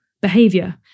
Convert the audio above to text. behavior